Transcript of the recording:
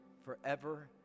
forever